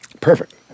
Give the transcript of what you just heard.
perfect